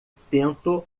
cento